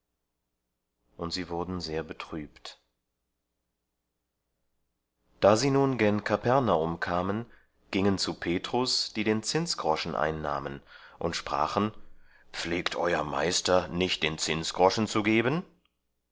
und sie wurden sehr betrübt da sie nun gen kapernaum kamen gingen zu petrus die den zinsgroschen einnahmen und sprachen pflegt euer meister nicht den zinsgroschen zu geben